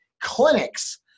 clinics